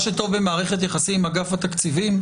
מה שטוב במערכת יחסים עם אגף התקציבים,